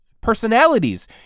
personalities